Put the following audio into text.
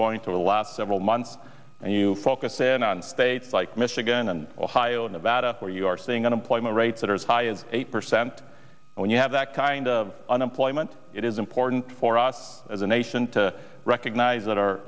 point to the last several months and you focus in on states like michigan and ohio nevada where you are seeing unemployment rates that are as high as eight percent and when you have that kind of unemployment it is important for us as a nation to recognize that our